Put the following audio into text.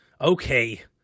okay